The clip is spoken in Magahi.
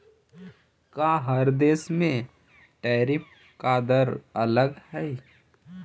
का हर देश में टैरिफ का दर अलग हई